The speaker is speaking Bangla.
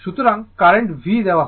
সুতরাং কারেন্টে v দেওয়া হয়